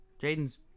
Jaden's